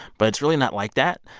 but it's really not like that.